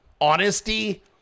honesty